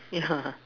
yeah